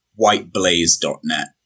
whiteblaze.net